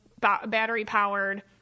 battery-powered –